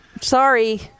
sorry